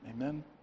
Amen